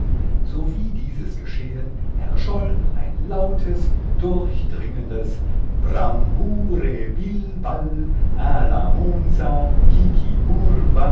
sowie dieses geschehen erscholl ein lautes durchdringendes brambure bil